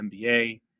MBA